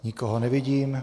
Nikoho nevidím.